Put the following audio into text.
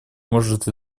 может